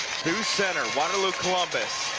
sioux center, waterloo